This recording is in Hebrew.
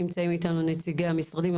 נמצאים איתנו נציגי המשרדים.